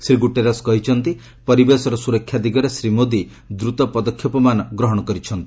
Shri Guterres କହିଛନ୍ତି ପରିବେଶର ସୁରକ୍ଷା ଦିଗରେ ଶ୍ରୀ ମୋଦି ଦ୍ରତ ପଦକ୍ଷେପମାନ ଗ୍ରହଣ କରିଛନ୍ତି